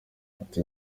ati